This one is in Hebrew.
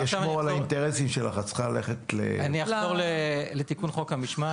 עכשיו אני אחזור לתיקון של חוק המשמעת.